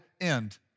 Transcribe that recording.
end